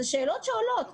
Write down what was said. אלו שאלות שעולות,